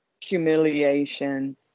humiliation